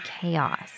chaos